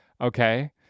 okay